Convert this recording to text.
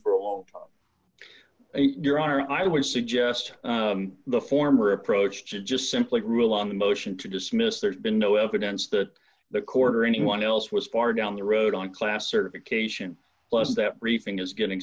for a long a your honor i would suggest the former approach should just simply rule on the motion to dismiss there's been no evidence that the court or anyone else was far down the road on class certification plus that briefing is getting